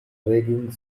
raging